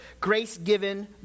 grace-given